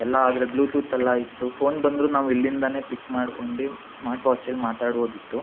ಎಲ್ಲ ಅದ್ರಾಗೆ ಬ್ಲೂತೂತೆಲ್ಲ ಇತ್ತು ಫೋನ್ ಬಂದ್ರೂ ನಾವು ಇಲ್ಲಿಂದಲೇ ಪಿಕ್ ಮಾಡ್ಕೊಂಡು ಸ್ಮಾರ್ಟ್ ವಾಚಲ್ಲಿ ಮಾತಾಡ್ಬೋದಿತ್ತು